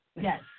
Yes